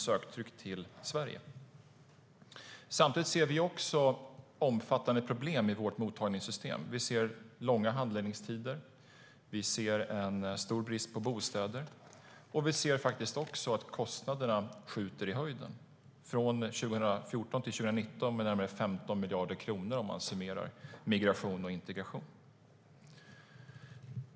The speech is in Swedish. Vi kan också se att det finns omfattande problem i vårt mottagningssystem med långa handläggningstider och med en stor brist på bostäder samtidigt som kostnaderna skjuter i höjden. Från 2014 till 2019 kommer kostnaderna öka med närmare 15 miljarder kronor, om man summerar migration och integration.